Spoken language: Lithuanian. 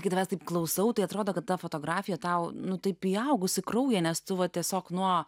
iki tavęs taip klausau tai atrodo kad ta fotografija tau nu taip įaugusi kraują nes tu va tiesiog nuo